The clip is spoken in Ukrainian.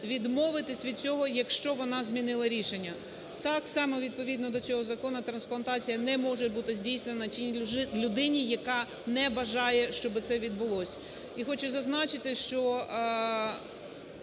відмовитися від цього, якщо вона змінила рішення. Так, саме відповідно до цього закону трансплантація не може бути здійснена тій людині, яка не бажає, щоби це відбулося. І хочу зазначити, що